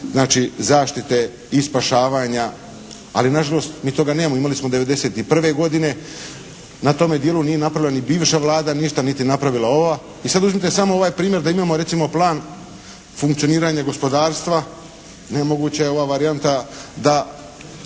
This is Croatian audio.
znači zaštite i spašavanja. Ali, nažalost mi toga nemamo. Imali smo '91. godine. Na tome dijelu nije napravila ni bivša Vlada ništa, niti je napravila ova. I sad uzmite samo ovaj primjer da imamo recimo plan funkcioniranja gospodarstva. Nemoguća je ova varijanta, da